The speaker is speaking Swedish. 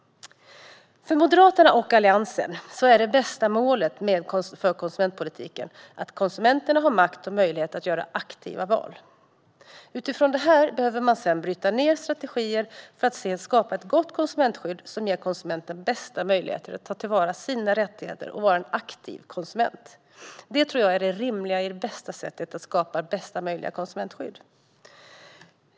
För Moderaterna och Alliansen är det bästa målet för konsumentpolitiken att konsumenterna har makt och möjlighet att göra aktiva val. Utifrån det behöver man sedan ta fram strategier för att skapa ett gott konsumentskydd som ger konsumenten de bästa möjligheterna att ta till vara sina rättigheter och vara en aktiv konsument. Det tror jag är det bästa sättet att skapa bästa möjliga konsumentskydd.